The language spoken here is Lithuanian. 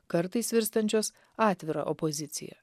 kartais virstančios atvira opozicija